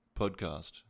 podcast